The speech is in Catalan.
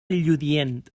lludient